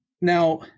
Now